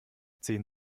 zehn